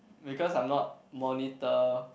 because I'm not monitor